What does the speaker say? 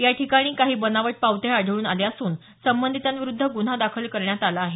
याठिकाणी काही बनावट पावत्याही आढळून आल्या असून संबंधिताविरूद्ध गुन्हा दाखल करण्यात आला आहे